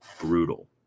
brutal